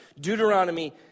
Deuteronomy